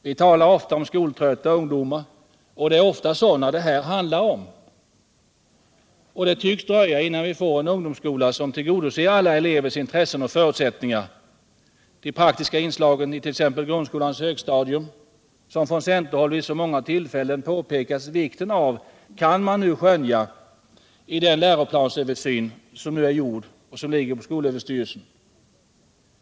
Vi talar ofta om skoltrötta ungdomar, och det är ofta sådana det här handlar om. Det tycks dröja innan vi får en ungdomsskola som tillgodoser alla elevers intressen och förutsättningar. De praktiska inslagen t.ex. i grundskolans högstadium, som vi från centerhåll vid så många tillfällen påpekat vikten av, kan dock skönjas i den läroplansöversyn som nu är gjord och som ligger hos skolöverstyrelsen.